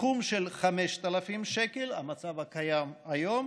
מסכום של 5,000 שקל, המצב הקיים כיום,